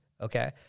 okay